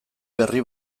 berri